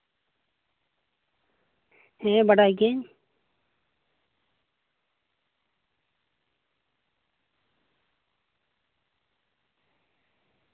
ᱦᱮᱸ ᱵᱟᱰᱟᱭ ᱜᱤᱭᱟᱹᱧ